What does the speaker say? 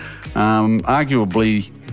Arguably